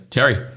Terry